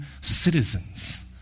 citizens